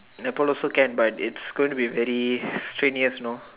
Nepal also can but it's going to be very strenuous you know